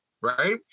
right